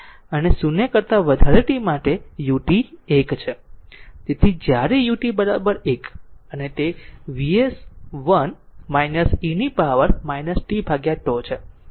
અને 0 કરતા વધારે t માટે ut 1 છે તેથી જ્યારે ut 1 તે Vs 1 e પાવર tτ છે